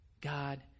God